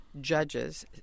judges